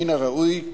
מן הראוי,